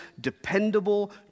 dependable